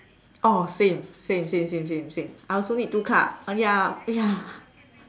orh same same same same same same I also need two cup ya ya